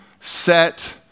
set